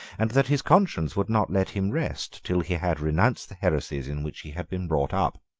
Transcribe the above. and that his conscience would not let him rest till he had renounced the heresies in which he had been brought up.